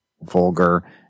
vulgar